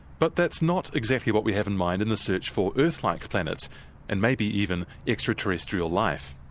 but that's not exactly what we have in mind in the search for earth-like planets and maybe even extraterrestrial life.